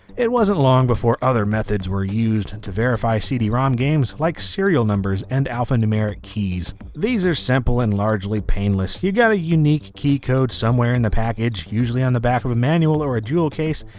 it wasn't long before other methods were used to verify cd-rom games like serial numbers and alphanumeric keys. these are simple and largely painless you got a unique key code somewhere in the package usually on the back manual or a jewel case,